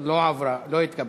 לא עברה, לא התקבלה.